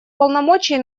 полномочий